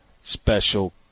special